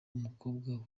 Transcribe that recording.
umukobwa